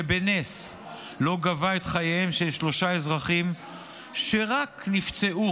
שבנס לא גבה את חייהם של שלושה אזרחים ש"רק" נפצעו